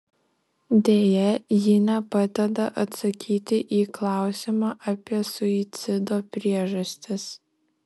deja ji nepadeda atsakyti į klausimą apie suicido priežastis